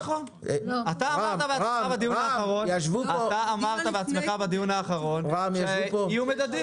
אתה אמרת בעצמך בדיון האחרון שיהיו מדדים.